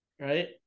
right